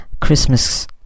Christmas